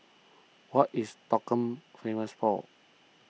what is Stockholm famous for